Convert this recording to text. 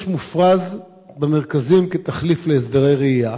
מופרז במרכזים כתחליף להסדרי ראייה?